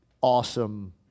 awesome